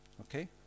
Okay